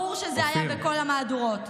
ברור שזה היה בכל המהדורות.